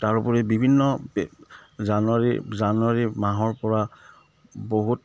তাৰোপৰি বিভিন্ন জানুৱাৰী জানুৱাৰী মাহৰ পৰা বহুত